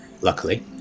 luckily